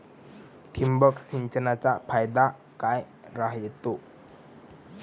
ठिबक सिंचनचा फायदा काय राह्यतो?